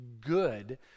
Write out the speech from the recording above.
good